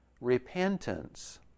repentance